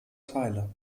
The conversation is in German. teile